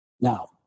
Now